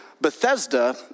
Bethesda